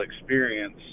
experience